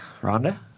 Rhonda